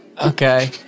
Okay